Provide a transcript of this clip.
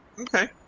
Okay